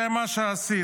זה מה שעשית.